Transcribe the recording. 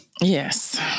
Yes